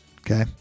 Okay